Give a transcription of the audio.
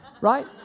Right